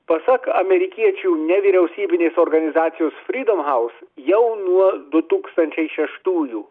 pasak amerikiečių nevyriausybinės organizacijos frydom haus jau nuo du tūkstančiai šeštųjų